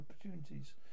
opportunities